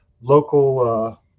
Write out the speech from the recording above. local